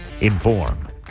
inform